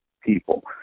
people